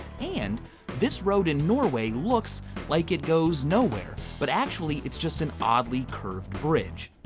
and this road in norway looks like it goes nowhere. but actually, it's just an oddly curved bridge.